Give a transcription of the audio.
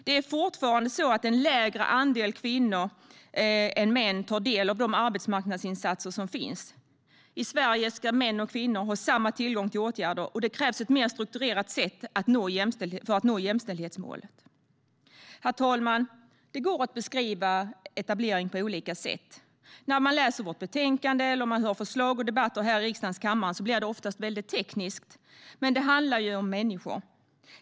Det är fortfarande en lägre andel kvinnor än män som tar del av de arbetsmarknadsinsatser som finns. I Sverige ska män och kvinnor ha samma tillgång till åtgärder. Det krävs ett mer strukturerat sätt för att nå jämställdhetsmålet. Herr talman! Det går att beskriva etablering på olika sätt. När man läser vårt betänkande eller hör förslag och debatter här i riksdagens kammare blir det oftast väldigt tekniskt. Men det handlar ju om människor.